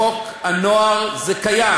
בחוק הנוער זה קיים.